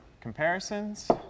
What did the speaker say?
comparisons